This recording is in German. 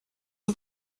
und